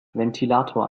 ventilator